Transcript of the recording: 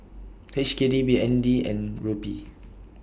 H K D B N D and Rupee